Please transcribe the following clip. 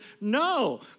No